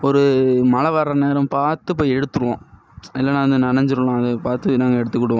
ஒரு மழை வர நேரம் பார்த்து போய் எடுத்துடுவோம் இல்லைன்னா அது நனஞ்சிரும்ல அதை பார்த்து நாங்கள் எடுத்துக்கிடுவோம்